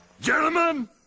Gentlemen